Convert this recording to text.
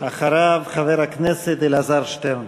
אחריו, חבר הכנסת אלעזר שטרן.